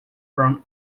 from